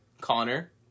connor